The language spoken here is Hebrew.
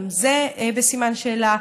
גם זה בסימן שאלה.